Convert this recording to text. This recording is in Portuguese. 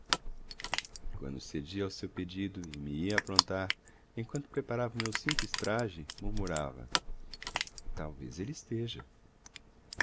quando cedia ao seu pedido e me ia aprontar enquanto preparava o meu simples traje murmurava talvez ele esteja